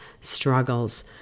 struggles